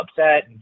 upset